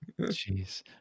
Jeez